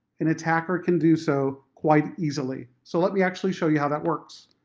an attacker can do so quite easily. so let me actually show you how that works.